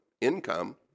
income